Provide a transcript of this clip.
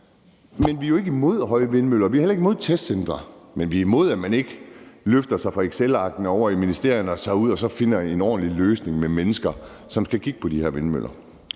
Men vi er jo ikke imod høje vindmøller, vi er heller ikke imod testcentre, men vi er imod, at man ikke løfter sig fra excelarkene ovre i ministerierne og tager ud og finder en ordentlig løsning med de mennesker, som skal kigge på de her vindmøller.